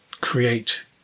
create